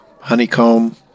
honeycomb